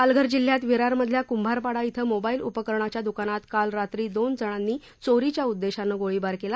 पालघर जिल्ह्यात विरारमधल्या कुंभारपाडा ध्वें मोबाईल उपकरणाच्या द्कानात काल रात्री दोन जणांनी चोरीच्या उद्देशानं गोळीबार केला